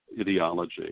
ideology